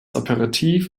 aperitif